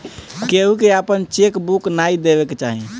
केहू के आपन चेक बुक नाइ देवे के चाही